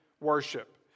worship